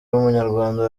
w’umunyarwanda